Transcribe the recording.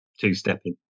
two-stepping